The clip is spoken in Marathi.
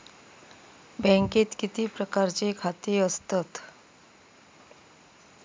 बँकेत किती प्रकारची खाती असतत?